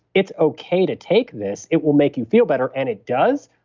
it's okay to take this. it will make you feel better, and it does,